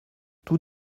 tous